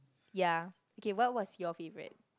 ya okay what was your favorite